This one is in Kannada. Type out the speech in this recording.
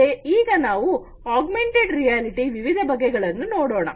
ಮತ್ತೆ ಈಗ ನಾವು ಆಗ್ಮೆಂಟೆಡ್ ರಿಯಾಲಿಟಿಯ ವಿವಿಧ ಬಗೆಗಳನ್ನು ನೋಡೋಣ